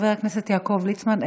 חבר הכנסת יעקב ליצמן,